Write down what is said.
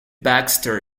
baxter